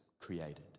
created